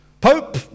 Pope